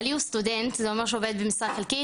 בעלי הוא סטודנט זה אומר שהוא עובד במשרה חלקית,